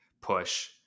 push